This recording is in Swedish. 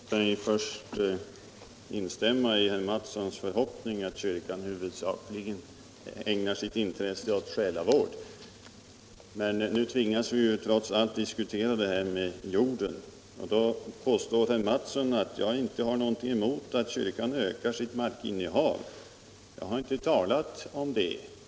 Herr talman! Låt mig först instämma i herr Mattssons förhoppning att kyrkan huvudsakligen ägnar sitt intresse åt själavård. Men nu tvingas vi ju trots allt diskutera frågor om jorden, och då påstår herr Mattsson att jag inte har någonting emot att kyrkan ökar sitt markinnehav. Jag har inte talat om det.